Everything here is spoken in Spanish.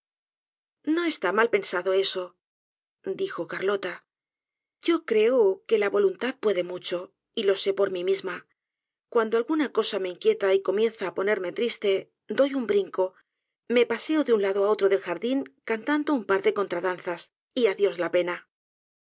no está mal pensado eso dijo carlota yo creo que la voluntad puede mucho y lo sé por mí misma cuando alguna cosa me inquieta y comienza á ponerme triste doy un brinco me paseo de un lado al otro del jardin cantando un par de contradanzas y adiós la pena